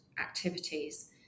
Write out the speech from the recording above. activities